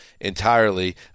entirely